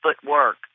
footwork